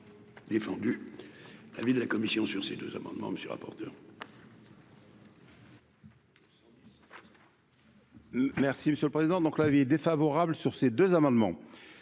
défendu la avis de la commission sur ces deux amendements monsieur rapporteur.